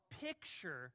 picture